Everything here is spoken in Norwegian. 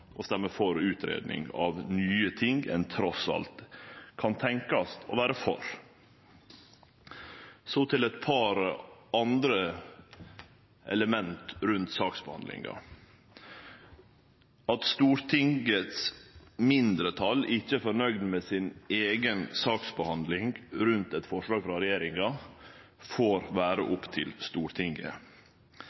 å stemme for utgreiing av nye ting ein trass alt kan tenkjast å vere for. Så til eit par andre element rundt saksbehandlinga. At mindretalet i Stortinget ikkje er fornøgd med si eiga saksbehandling rundt eit forslag frå regjeringa, får vere opp til Stortinget.